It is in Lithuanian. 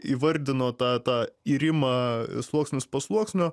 įvardino tą tą irimą sluoksnis po sluoksnio